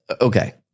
okay